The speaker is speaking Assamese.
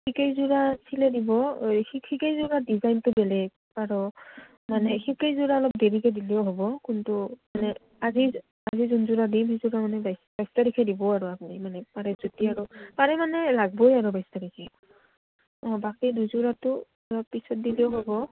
সেইকেইযোৰা চিলাই দিব সেইকেইযোৰা ডিজাইনটো বেলেগ আৰু মানে সেইকেইযোৰা অলপ দেৰিকে দিলেও হ'ব কিন্তু মানে আজি আজি যোনযোৰা দিম সেইযোৰা মানে বাইছ তাৰিখে দিব আৰু আপুনি মানে আৰু পাৰে মানে লাগবই আৰু বাইছ তাৰিখে অঁ বাকী দুযোৰাটো অলপ পিছত দিলেও হ'ব